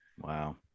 Wow